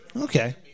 Okay